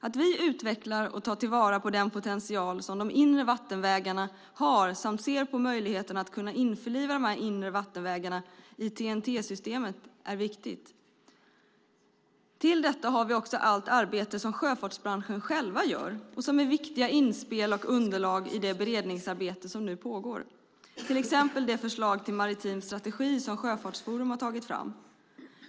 Att vi utvecklar och tar vara på den potential som de inre vattenvägarna har och ser på möjligheterna att införliva de inre vattenvägarna i TEN-T-systemet är viktigt. Till detta har vi också allt arbete som sjöfartsbranschen själv gör, som är viktiga inspel och underlag i det beredningsarbete som pågår, till exempel det förslag till maritim strategi som Sjöfartsforum har tagit fram.